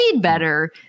better